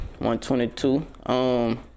122